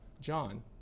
John